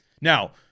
Now